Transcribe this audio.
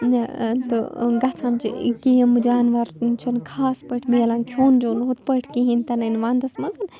تہٕ گژھان چھِ کہِ یِم جانوَر چھِنہٕ خاص پٲٹھۍ مِلان کھیوٚن چیوٚن ہُتھ پٲٹھۍ کِہیٖنۍ تِنہٕ نٕے وَنٛدَس منٛز